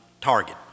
target